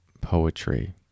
poetry